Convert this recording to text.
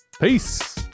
Peace